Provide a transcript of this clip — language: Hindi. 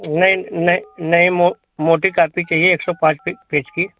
नहीं नहीं नहीं मो मोटी कापी चाहिए एक सौ पाँच पर पेज की